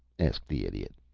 asked the idiot.